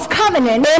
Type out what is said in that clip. covenant